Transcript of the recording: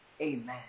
amen